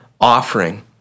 offering